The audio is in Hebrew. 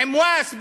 עמואס,